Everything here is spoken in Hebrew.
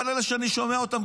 כל אלה שאני שומע אותם,